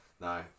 No